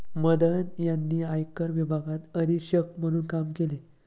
मदन यांनी आयकर विभागात अधीक्षक म्हणून काम केले